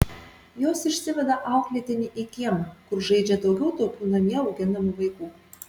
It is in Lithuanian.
jos išsiveda auklėtinį į kiemą kur žaidžia daugiau tokių namie auginamų vaikų